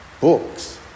Books